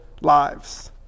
lives